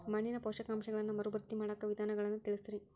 ಮಣ್ಣಿನ ಪೋಷಕಾಂಶಗಳನ್ನ ಮರುಭರ್ತಿ ಮಾಡಾಕ ವಿಧಾನಗಳನ್ನ ತಿಳಸ್ರಿ